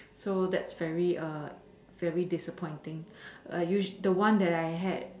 so that's very very disappointing the one that I had